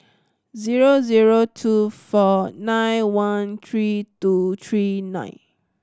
zero zero two four nine one three two three nine